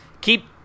keep